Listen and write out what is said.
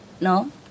no